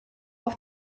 auf